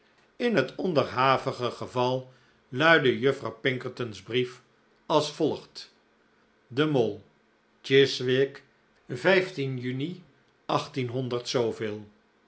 in het onderhavige geval luidde juffrouw pinkerton's brief als volgt de mall chiswick juni